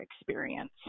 experience